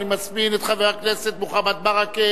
אני מזמין את חבר הכנסת מוחמד ברכה